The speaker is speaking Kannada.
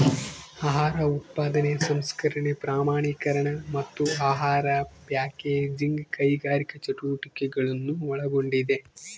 ಆಹಾರ ಉತ್ಪಾದನೆ ಸಂಸ್ಕರಣೆ ಪ್ರಮಾಣೀಕರಣ ಮತ್ತು ಆಹಾರ ಪ್ಯಾಕೇಜಿಂಗ್ ಕೈಗಾರಿಕಾ ಚಟುವಟಿಕೆಗಳನ್ನು ಒಳಗೊಂಡಿದೆ